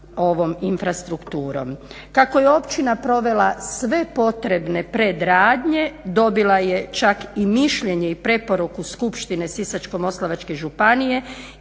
Kako je općina provela sve potrebne predradnje dobila je čak i mišljenje i preporuku Skupštine Sisačko-moslavačke županije,